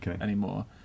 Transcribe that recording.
anymore